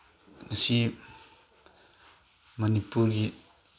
ꯃꯁꯤ ꯃꯅꯤꯄꯨꯔꯒꯤ